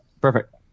Perfect